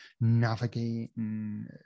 navigating